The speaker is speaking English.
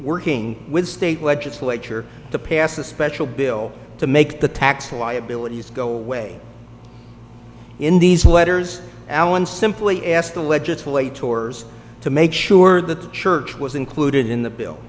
working with state legislature to pass a special bill to make the tax liabilities go away in these letters allen simply asked to legislate tours to make sure that the church was included in the bill